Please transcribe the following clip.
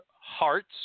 hearts